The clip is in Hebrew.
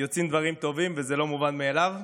יוצאים דברים טובים, וזה לא מובן מאליו.